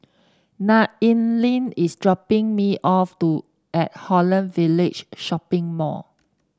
Nayely is dropping me off to at Holland Village Shopping Mall